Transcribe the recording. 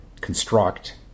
construct